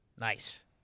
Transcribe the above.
Nice